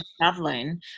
traveling